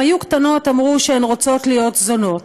היו קטנות אמרו שהן רוצות להיות זונות?